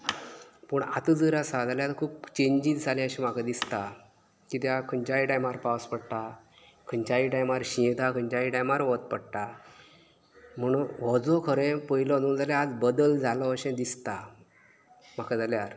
पूण आता जर आसा जाल्यार खूब चेंन्जीस जाल्यात अशें म्हाका दिसता कित्याक खंयच्याय टायमार पावस पडटा खंयच्याय टायमार शीं येता खंयच्याय टायमार वत पडटा म्हूण हो जो खरें पयलो न्हू जाल्यार बदल जालो अशें दिसता म्हाका जाल्यार